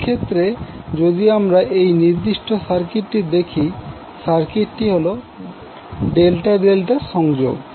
এক্ষেত্রে যদি আমরা এই নির্দিষ্ট সার্কিটটি দেখি সার্কিট হল ∆∆ সংযোগ